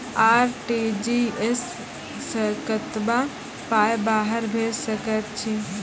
RTGS सअ कतबा पाय बाहर भेज सकैत छी?